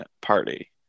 party